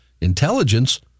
intelligence